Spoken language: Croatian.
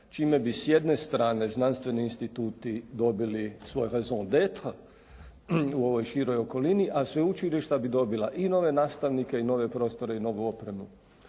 čime bi s jedne strane znanstveni instituti dobili svoj … /Govornik se ne razumije./ … u ovoj široj okolini a sveučilišta bi dobila i nove nastavnike, i nove prostore i novu opremu.